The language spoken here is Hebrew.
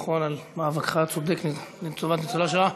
על מאבקך הצודק לטובת ניצולי השואה.